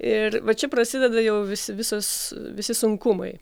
ir va čia prasideda jau visi visos visi sunkumai